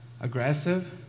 Aggressive